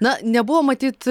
na nebuvo matyt